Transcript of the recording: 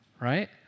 right